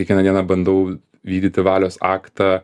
kiekvieną dieną bandau vykdyti valios aktą